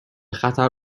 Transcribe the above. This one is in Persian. خطر